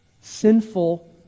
sinful